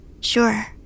Sure